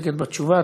מסתפקת בתשובה.